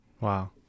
Wow